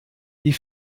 die